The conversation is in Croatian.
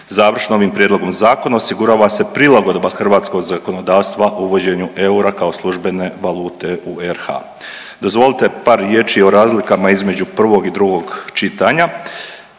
Završno, ovim prijedlogom zakona osigurava se prilagodba zakonodavstva uvođenju eura kao službene valute u RH. Dozvolite par riječi o razlikama između prvog i drugog čitanja.